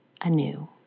anew